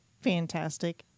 fantastic